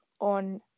on